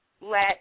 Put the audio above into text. let